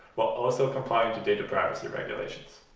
while also complying to data privacy regulations.